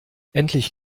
endlich